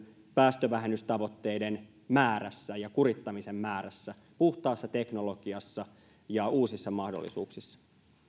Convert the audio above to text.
päästövähennystavoitteiden määrässä ja kurittamisen määrässä puhtaassa teknologiassa ja uusissa mahdollisuuksissa